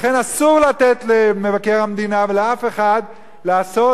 לכן אסור לתת למבקר המדינה ולאף אחד לעשות